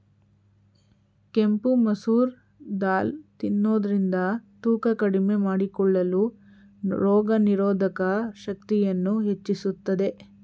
ಕೆಂಪು ಮಸೂರ್ ದಾಲ್ ತಿನ್ನೋದ್ರಿಂದ ತೂಕ ಕಡಿಮೆ ಮಾಡಿಕೊಳ್ಳಲು, ರೋಗನಿರೋಧಕ ಶಕ್ತಿಯನ್ನು ಹೆಚ್ಚಿಸುತ್ತದೆ